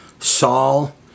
Saul